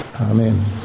Amen